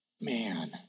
man